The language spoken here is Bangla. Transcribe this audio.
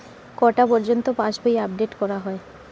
কটা পযর্ন্ত পাশবই আপ ডেট করা হয়?